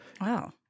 Wow